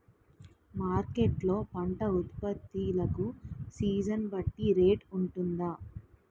Market లొ పంట ఉత్పత్తి లకు సీజన్ బట్టి రేట్ వుంటుందా?